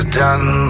done